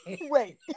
Wait